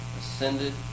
ascended